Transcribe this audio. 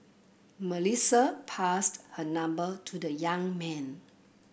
Melissa passed her number to the young man